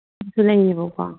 ꯗꯨꯁꯨ ꯂꯩꯌꯦꯕꯀꯣ